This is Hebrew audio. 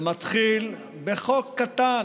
זה מתחיל בחוק קטן,